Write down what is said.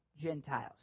Gentiles